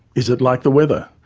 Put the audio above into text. is it like the weather,